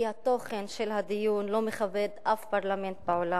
כי התוכן של הדיון לא מכבד אף פרלמנט בעולם.